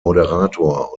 moderator